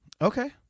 Okay